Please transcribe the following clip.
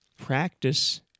Practice